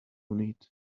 need